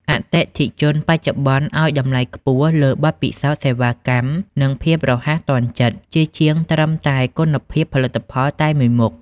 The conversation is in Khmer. អតិថិជនបច្ចុប្បន្នឱ្យតម្លៃខ្ពស់លើ "បទពិសោធន៍សេវាកម្ម" និង "ភាពរហ័សទាន់ចិត្ត" ជាជាងត្រឹមតែគុណភាពផលិតផលតែមួយមុខ។